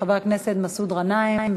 חבר הכנסת מסעוד גנאים.